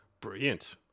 Brilliant